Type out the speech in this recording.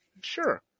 sure